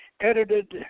Edited